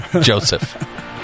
Joseph